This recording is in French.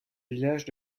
villages